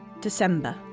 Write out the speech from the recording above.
December